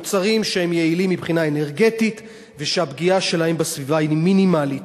מוצרים שהם יעילים מבחינה אנרגטית ושהפגיעה שלהם בסביבה היא מינימלית.